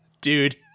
dude